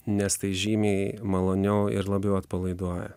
nes tai žymiai maloniau ir labiau atpalaiduoja